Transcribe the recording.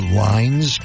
lines